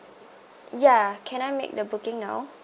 yeah can I make the booking now